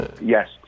Yes